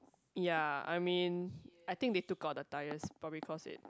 ya I mean I think that to got the tyres probably cross it